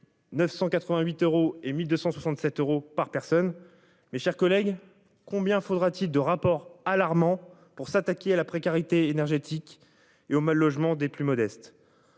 988 euros et 1267 euros par personne. Mes chers collègues. Combien faudra-t-il de rapport alarmant pour s'attaquer à la précarité énergétique et au mal-logement des plus modestes.